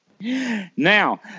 Now